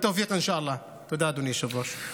בהצלחה.) תודה, אדוני היושב-ראש.